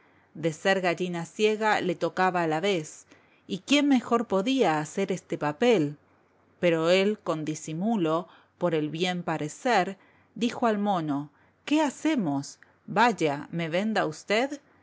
de ser gallina ciega le tocaba la vez y quién mejor podía hacer este papel pero él con disimulo por el bien parecer dijo al mono qué hacemos vaya me venda usted